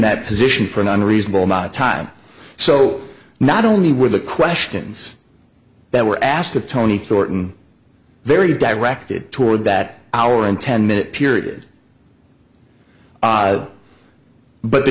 that position for an unreasonable amount of time so not only were the questions that were asked of tony thorton very directed toward that hour in ten minute period but the